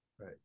right